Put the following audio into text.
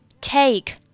Take